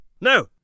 No